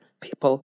people